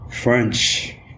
French